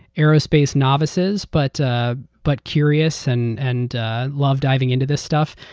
aerospace novices but ah but curious and and love diving into this stuff.